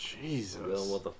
Jesus